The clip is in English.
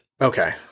Okay